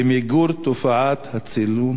למיגור תופעת הצילום